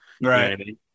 right